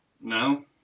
No